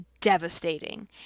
devastating